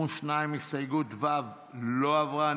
22. הסתייגות לחלופין ו' לא עברה.